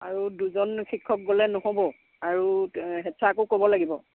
আৰু দুজন শিক্ষক গ'লে নহ'ব আৰু হেড ছাৰকো ক'ব লাগিব